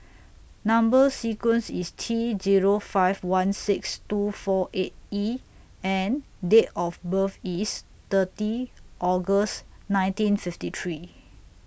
Number sequence IS T Zero five one six two four eight E and Date of birth IS thirty August nineteen fifty three